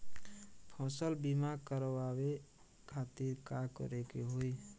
फसल बीमा करवाए खातिर का करे के होई?